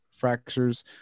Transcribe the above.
Fractures